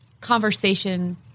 conversation